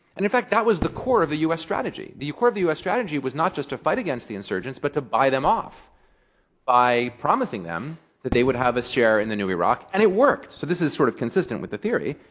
and in fact, that was the core of the us strategy. the core of the us strategy was not just to fight against the insurgents, but to buy them off by promising them that they would have a share in the new iraq. and it worked. so this is sort of consistent with the theory.